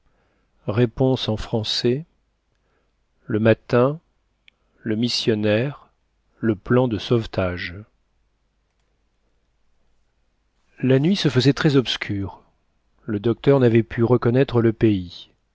réponse en français le matin le missionnaire le plan de sauvetage la nuit se faisait très obscure le docteur n'avait pu reconnaître le pays